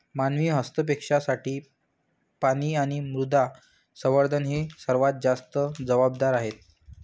मानवी हस्तक्षेपासाठी पाणी आणि मृदा संवर्धन हे सर्वात जास्त जबाबदार आहेत